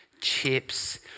chips